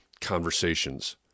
Conversations